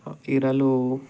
ಇರಲು